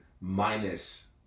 minus